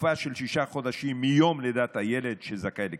בתקופה של שישה חודשים מיום לידת הילד שזכאי לקצבה,